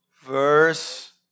verse